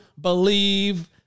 believe